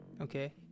Okay